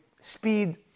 speed